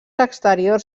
exteriors